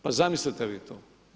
Pa zamislite vi to!